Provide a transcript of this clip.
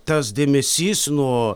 tas dėmesys nuo